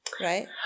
right